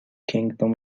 kingdom